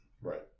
Right